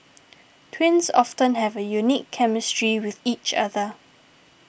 twins often have a unique chemistry with each other